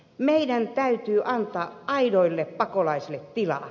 meidän täytyy antaa aidoille pakolaisille tilaa